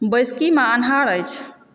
बैसकी मे अन्हार अछि